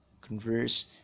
converse